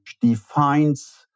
defines